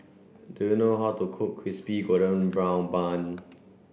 do you know how to cook crispy golden brown bun